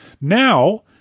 Now